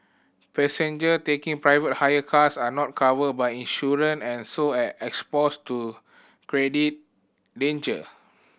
passenger taking private hire cars are not covered by insurance and so exposed to danger